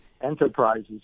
Enterprises